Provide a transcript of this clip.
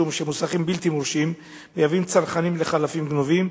משום שמוסכים בלתי מורשים מהווים צרכנים של חלפים גנובים.